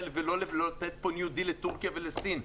ולא לתת פה ניו דיל לטורקיה ולסין.